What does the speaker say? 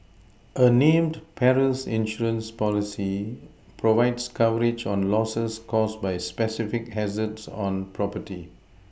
a named perils insurance policy provides coverage on Losses caused by specific hazards on property